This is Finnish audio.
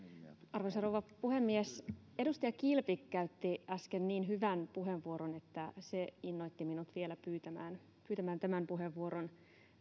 arvoisa rouva puhemies edustaja kilpi käytti äsken niin hyvän puheenvuoron että se innoitti minut vielä pyytämään tämän puheenvuoron